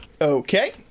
Okay